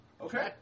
Okay